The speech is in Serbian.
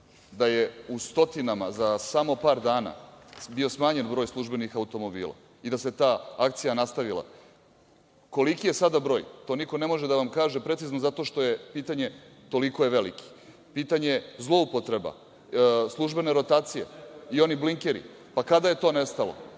da je u stotinama za samo par dana bio smanjen broj službenih automobila i da se ta akcija nastavila. Koliki je sada broj? To niko ne može da vam kaže precizno zato što je pitanje zloupotreba, službene rotacije i oni blinkeri. Pa, kada je to nestalo?